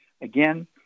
Again